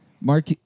Mark